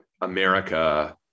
America